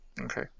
Okay